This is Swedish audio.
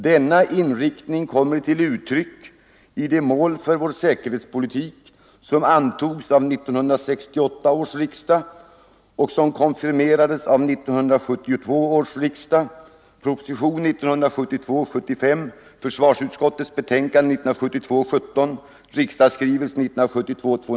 Denna inriktning kommer till uttryck i det mål för vår säkerhetspolitik som antogs av 1968 års riksdag —--- och som konfirmerades av 1972 års riksdag .